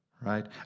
right